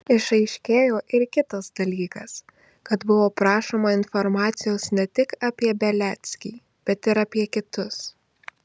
išaiškėjo ir kitas dalykas kad buvo prašoma informacijos ne tik apie beliackį bet ir apie kitus